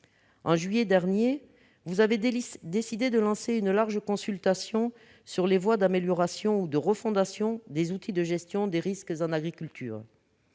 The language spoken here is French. En juillet dernier, vous avez décidé de lancer une large consultation sur les voies d'amélioration ou de refondation des outils de gestion des risques en agriculture.